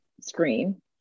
screen